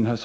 anförande.